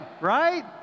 Right